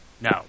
No